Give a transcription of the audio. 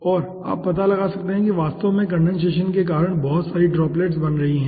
और आप पता लगा सकते हैं कि वास्तव में कंडेनसेशन के कारण बहुत सारी ड्रॉप्लेट्स बन रही हैं